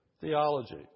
theology